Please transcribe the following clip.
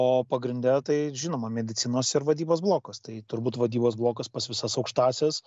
o pagrinde tai žinoma medicinos ir vadybos blokus tai turbūt vadybos blokas pas visas aukštąsias